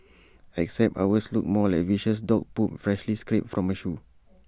except ours looked more like viscous dog poop freshly scraped from A shoe